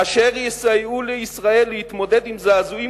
אשר יסייעו לישראל להתמודד עם זעזועים